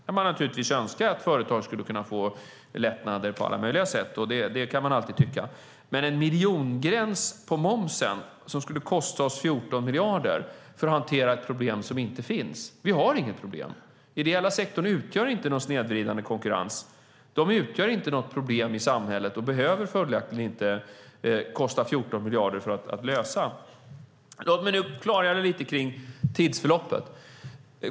Man kan givetvis alltid önska att företag ska få lättnader på alla möjliga sätt, men varför ska vi ha en miljongräns på momsen som skulle kosta oss 14 miljarder för att hantera ett problem som inte finns? Vi har inget problem. Den ideella sektorn utgör inte någon snedvriden konkurrens. Den utgör inte något problem i samhället och behöver följaktligen inte kosta oss 14 miljarder. Låt mig klargöra tidsförloppet.